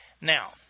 Now